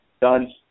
Done